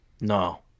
No